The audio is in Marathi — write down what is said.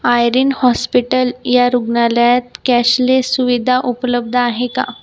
आयरीन हॉस्पिटल या रुग्णालयात कॅशलेस सुविधा उपलब्ध आहे का